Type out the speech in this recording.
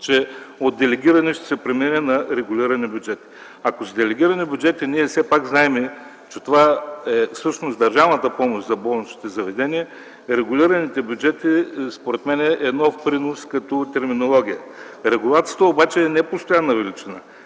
че от делегирани ще се премине на регулирани бюджети. Ако са делегирани бюджетите, ние все пак знаем, че всъщност това е държавната помощ за болничните заведения. Регулираните бюджети, според мен, е нов принос като терминология. Регулацията обаче не е постоянна величина,